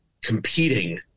competing